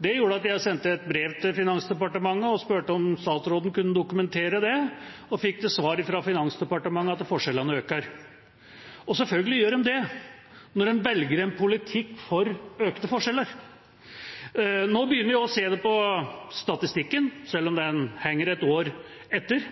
Det gjorde at jeg sendte et brev til Finansdepartementet og spurte om statsråden kunne dokumentere det, og fikk til svar fra Finansdepartementet at forskjellene øker. Selvfølgelig gjør de det når man velger en politikk for økte forskjeller. Nå begynner vi å se det på statistikken, selv om den henger ett år etter.